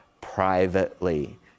privately